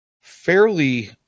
fairly